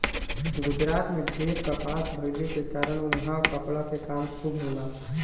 गुजरात में ढेर कपास भइले के कारण उहाँ कपड़ा के काम खूब होला